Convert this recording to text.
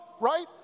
right